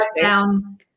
down